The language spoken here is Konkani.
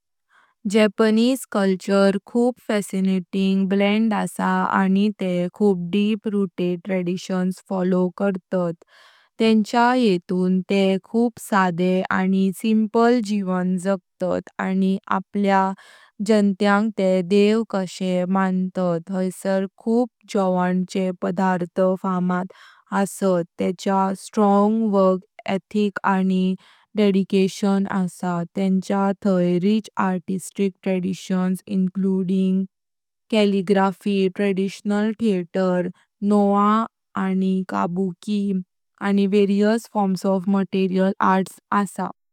जापानीज संस्कृती खूप फॅसिनेटिंग ब्लेंड आसा आनी ते खूप डीप-रूटेड ट्रेडिशन्स फॉलो करतात। तेंच्या येतून ते खूप साधे आनी सिंपल जीवन जगतात आनी आपल्या जनतयांग ते देव कशे मन्तात। हैसर खूप जोवान्चे पदार्थ फामाद असात। तेंचा स्ट्रॉंग वर्क एथिक आनी डेडिकेशन आसा। तेंच्या थई rich artistic traditions, including calligraphy, traditional theatre Noh आनी काबुकी, आनी various forms of martial arts आसा।